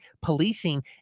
policing